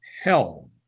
hell